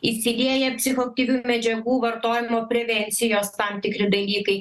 įsilieja psichoaktyvių medžiagų vartojimo prevencijos tam tikri dalykai